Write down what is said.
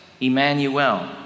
Emmanuel